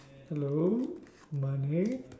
hello money